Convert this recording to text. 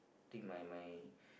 think my my